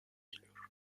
geliyor